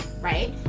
right